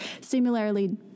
similarly